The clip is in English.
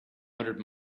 hundred